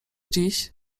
dziś